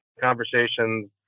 conversations